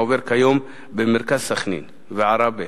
העובר כיום במרכז סח'נין ובמערבה,